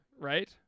right